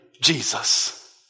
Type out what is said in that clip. Jesus